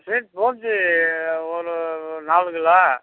sweet boondi ஒரு நாலு kilo